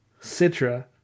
Citra